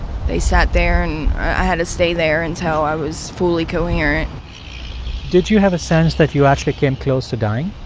they sat there. and i had to stay there until i was fully coherent did you have a sense that you actually came close to dying?